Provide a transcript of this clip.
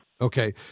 Okay